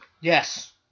Yes